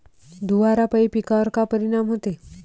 धुवारापाई पिकावर का परीनाम होते?